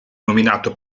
nominato